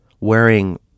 wearing